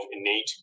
innate